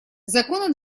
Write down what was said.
законы